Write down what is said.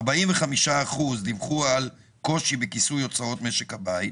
45% דיווחו על קושי בכיסוי הוצאות משק הבית,